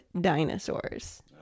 dinosaurs